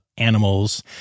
animals